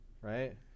right